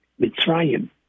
Mitzrayim